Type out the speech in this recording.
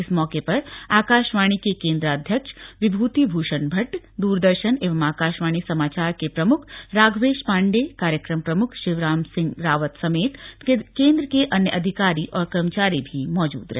इस मौके पर आकाशवाणी के केंद्राध्यक्ष विभूति भूषण भट्ट दूरदर्शन एवं आकाशवाणी समाचार के प्रमुख राघवेश पांडेय कार्यक्रम प्रमुख शिवराम सिंह रावत सहित केंद्र के अन्य अधिकारी और कर्मचारी भी मौजूद रहे